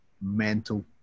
Mental